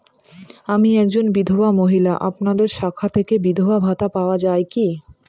আমি একজন বিধবা মহিলা আপনাদের শাখা থেকে বিধবা ভাতা পাওয়া যায় কি?